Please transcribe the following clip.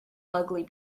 ugly